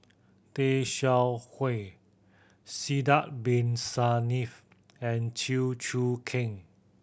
Tay Seow Huah Sidek Bin Saniff and Chew Choo Keng